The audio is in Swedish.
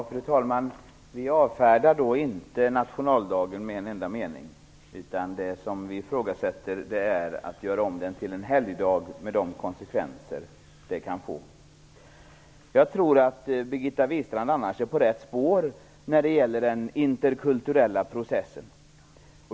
Fru talman! Vi avfärdar inte nationaldagen med en enda mening. Det vi ifrågasätter är att den görs om till en helgdag, med de konsekvenser det kan få. Jag tror att Birgitta Wistrand annars är på rätt spår när det gäller den interkulturella processen.